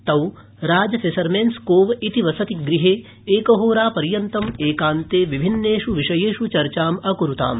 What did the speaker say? तौ Taj fisherman's cove इति वसतिगृहे एकहोरापर्यन्तम् एकान्ते विभिन्नेष् विषयेष् चर्चाम् अक्रुताम्